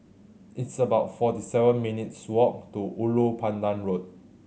it's about forty seven minutes' walk to Ulu Pandan Road